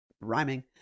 rhyming